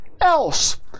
else